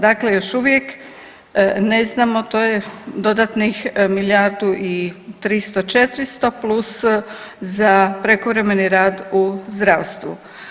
Dakle, još uvijek ne znamo, to je dodatnih milijardu 9i 300-400 plus za prekovremeni rad u zdravstvu.